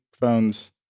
phones